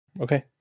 okay